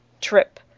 trip